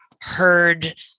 heard